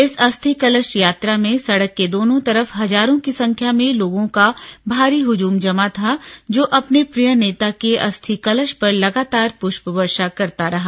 इस अस्थि कला यात्रा में सड़क के दोनों तरफ हजारों की संख्या में लोगों का भारी हुजूम जमा था जो अपने प्रिय नेता के अस्थि कलश पर लगातार पुष्पवर्षा करता रहा